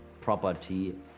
property